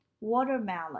watermelon